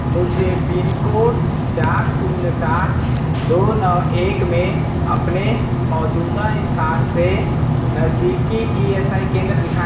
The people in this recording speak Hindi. मुझे पिनकोड चार शून्य सात दो नौ एक में अपने मौजूदा स्थान से नज़दीकी ई एस आई केंद्र दिखाएँ